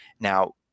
Now